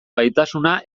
gaitasuna